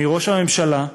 מראש הממשלה,